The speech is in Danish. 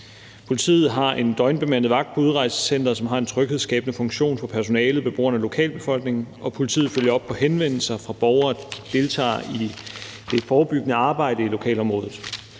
Politiet har en døgnbemandet vagt på udrejsecenteret, som har en tryghedsskabende funktion for personalet, beboerne, lokalbefolkningen, og politiet følger op på henvendelser fra borgere, der deltager i det forebyggende arbejde i lokalområdet.